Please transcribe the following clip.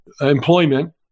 employment